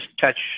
touch